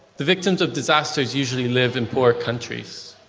the victims of disasters usually live in poor countries.